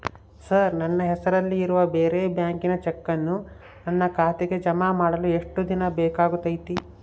Sir ನನ್ನ ಹೆಸರಲ್ಲಿ ಇರುವ ಬೇರೆ ಬ್ಯಾಂಕಿನ ಚೆಕ್ಕನ್ನು ನನ್ನ ಖಾತೆಗೆ ಜಮಾ ಮಾಡಲು ಎಷ್ಟು ದಿನ ಬೇಕಾಗುತೈತಿ?